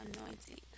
anointing